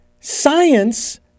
science